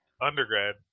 undergrad